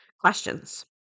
questions